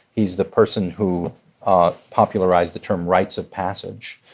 he's the person who popularized the term rites of passage.